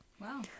wow